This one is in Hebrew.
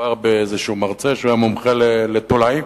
מדובר באיזשהו מרצה שהיה מומחה לתולעים.